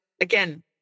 again